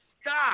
stop